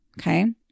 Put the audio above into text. Okay